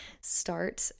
start